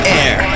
air